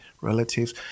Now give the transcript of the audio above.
relatives